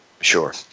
Sure